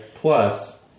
plus